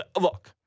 Look